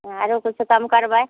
हँ आरो किछो कम करबै